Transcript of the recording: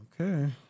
Okay